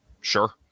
Sure